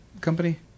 company